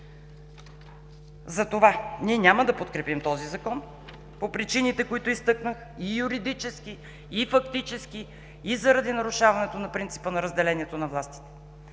Затова, ние няма да подкрепим този Закон по причините, които изтъкнах – и юридически, и фактически, и заради нарушаването на принципа на разделението на властите.